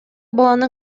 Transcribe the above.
баланы